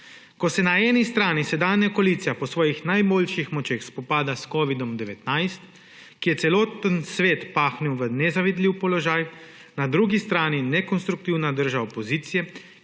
ko se na eni strani sedanja koalicija po svojih najboljših močeh spopada s covidom-19, ki je celoten svet pahnil v nezavidljiv položaj; na drugi strani nekonstruktivna drža opozicije,